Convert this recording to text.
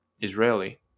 Israeli